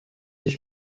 ich